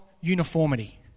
uniformity